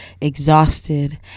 exhausted